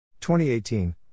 2018